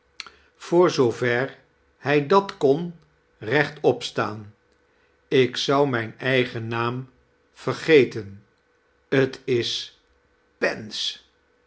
voor zoover hij dat kon rechtop staan ik zou mijn eigen naam vergeten t is pens